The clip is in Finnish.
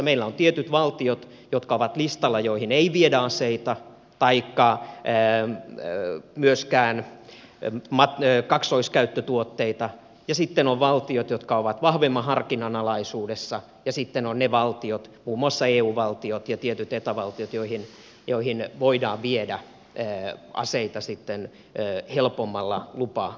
meillä on tietyt valtiot jotka ovat listalla joihin ei viedä aseita taikka myöskään kaksoiskäyttötuotteita ja sitten on valtiot jotka ovat vahvemman harkinnan alaisuudessa ja sitten on ne valtiot muun muassa eu valtiot ja tietyt eta valtiot joihin voidaan viedä aseita helpommalla lupajärjestelyllä